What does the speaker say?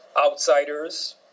outsiders